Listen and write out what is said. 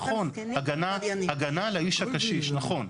נכון, הגנה על האיש הקשיש, נכון.